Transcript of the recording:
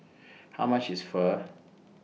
How much IS Pho